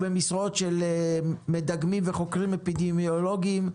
ובמשרות של מדגמים וחוקרים אפידמיולוגיים,